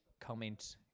comment